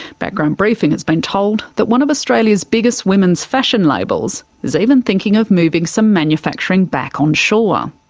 background briefing has been told that one of australia's biggest women's fashion labels is even thinking of moving some manufacturing back onshore.